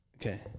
Okay